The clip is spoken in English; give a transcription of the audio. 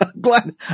Glad